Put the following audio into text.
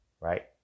Right